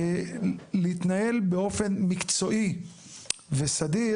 להתנהל באופן מקצועי וסדיר,